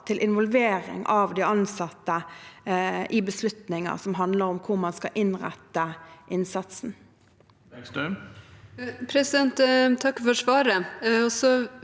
for involvering av de ansatte i beslutninger som handler om hvor man skal rette innsatsen. Kirsti